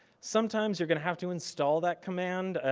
sometimes you're gonna have to install that command.